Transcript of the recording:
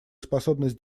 способность